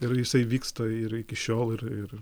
ir jisai vyksta ir iki šiol ir ir